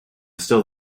still